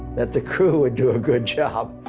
that the crew would do a good job.